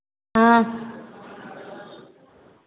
हाँ